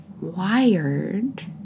wired